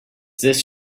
this